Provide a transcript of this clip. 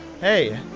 Hey